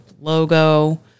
logo